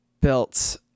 built